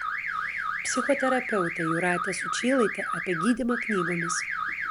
psichoterapeutė jūratė sučylaitė apie gydymą knygomis